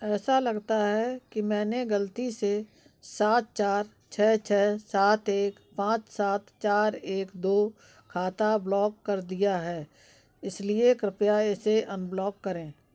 ऐसा लगता है कि मैंने गलती से सात चार छः छः सात एक पाँच सात चार एक दो खाता ब्लॉक कर दिया है इसलिए कृपया इसे अनब्लॉक करें